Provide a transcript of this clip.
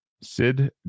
Sid